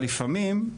אבל לפעמים,